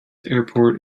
airport